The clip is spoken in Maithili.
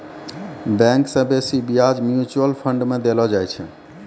बैंक से बेसी ब्याज म्यूचुअल फंड मे देलो जाय छै